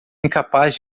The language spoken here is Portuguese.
incapaz